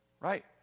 right